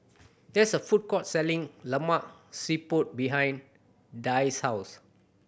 there is a food court selling Lemak Siput behind Dicie house